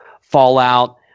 Fallout